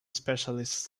specialist